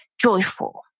joyful